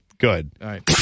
good